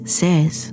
says